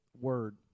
word